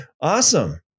Awesome